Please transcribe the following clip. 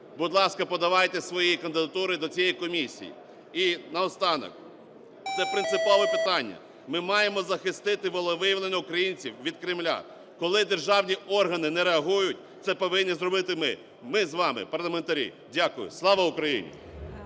будь ласка, подавайте свої кандидатури до цієї комісії. І наостанок. Це принципове питання – ми маємо захистити волевиявлення українців від Кремля. Коли державні органи не реагують, це повинні зробити ми, ми з вами – парламентарі. Дякую. Слава Україні!